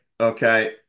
Okay